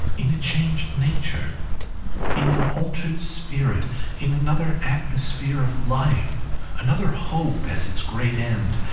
in a changed nature in an altered spirit in another atmosphere of life another hope as its great end.